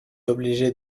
obligé